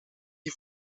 die